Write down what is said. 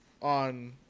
on